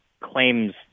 claims